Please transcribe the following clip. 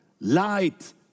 Light